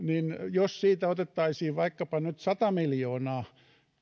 jos siitä otettaisiin vaikkapa nyt sata miljoonaa